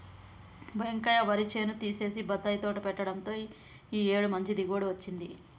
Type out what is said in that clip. వెంకయ్య వరి చేను తీసేసి బత్తాయి తోట పెట్టడంతో ఈ ఏడు మంచి దిగుబడి వచ్చింది